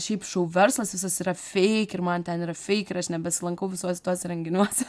šiaip šou verslas visas yra feik ir man ten yra feik ir aš nebesilankau visuose tuose renginiuose